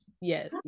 yes